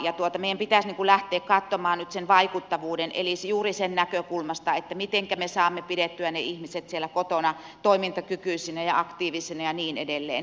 meidän pitäisi lähteä katsomaan asiaa nyt sen vaikuttavuuden kannalta eli juuri siitä näkökulmasta mitenkä me saamme pidettyä ne ihmiset siellä kotona toimintakykyisinä ja aktiivisina ja niin edelleen